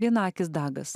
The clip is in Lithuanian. vienaakis dagas